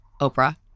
oprah